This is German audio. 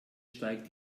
steigt